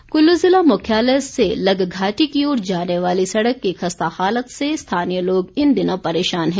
समस्या कुल्लू ज़िला मुख्यालय से लगघाटी की ओर जाने वाली सड़क की खस्ता हालत से स्थानीय लोग इन दिनों परेशान हैं